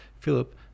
Philip